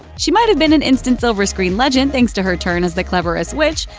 she might have been an instant silver screen legend thanks to her turn as the cleverest witch,